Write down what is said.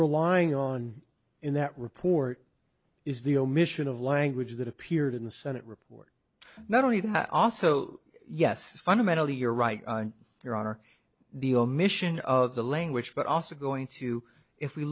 relying on in that report is the omission of language that appeared in the senate report not only that also yes fundamentally you're right your honor the omission of the language but also going to if we